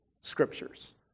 scriptures